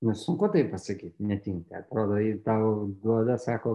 nes sunku taip pasakyt netinka atrodo jį tau duoda sako